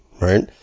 right